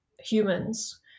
humans